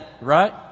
right